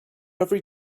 every